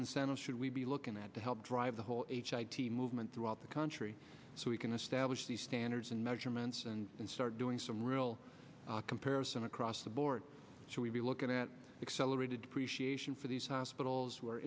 incentive should we be looking at to help drive the whole movement throughout the country so we can establish these standards and measurements and then start doing some real comparison across the board so we'll be looking at accelerated depreciation for these